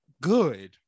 good